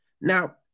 Now